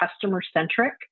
customer-centric